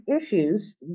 issues